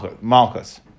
malchus